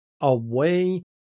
away